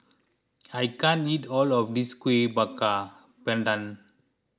I can't eat all of this Kueh Bakar Pandan